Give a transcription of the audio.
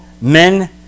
men